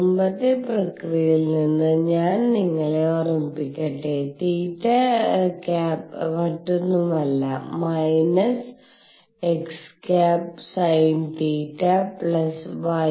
മുമ്പത്തെ പ്രക്രിയയിൽ നിന്ന് ഞാൻ നിങ്ങളെ ഓർമ്മിപ്പിക്കട്ടെ ϕ മറ്റൊന്നുമല്ല − x sinϕ y cos ϕ